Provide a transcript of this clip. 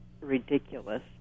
ridiculous